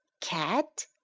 Cat